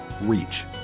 reach